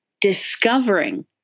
discovering